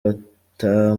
bata